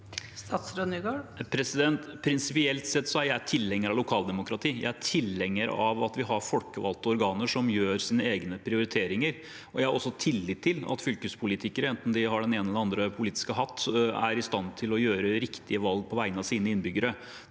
Prinsipielt sett er jeg tilhenger av lokaldemokratiet, jeg er tilhenger av at vi har folkevalgte organer som gjør sine egne prioriteringer. Jeg har også tillit til at fylkespolitikere, enten de har den ene eller den andre politiske hatten, er i stand til å gjøre riktige valg på vegne av sine innbyggere.